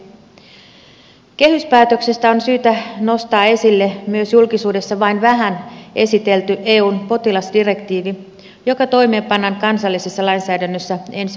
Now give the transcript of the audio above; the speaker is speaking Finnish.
kehyspäätöksestä on syytä nostaa esille myös julkisuudessa vain vähän esitelty eun potilasdirektiivi joka toimeenpannaan kansallisessa lainsäädännössä ensi vuoden alusta